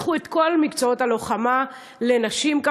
פתחו את כל מקצועות הלוחמה לנשים,